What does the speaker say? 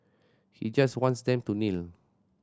he just wants them to kneel